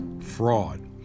fraud